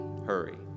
Hurry